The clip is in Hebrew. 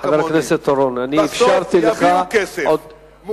בסוף יביאו כסף,